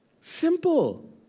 simple